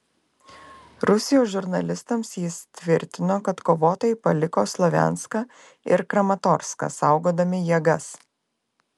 rusijos žurnalistams jis tvirtino kad kovotojai paliko slovjanską ir kramatorską saugodami jėgas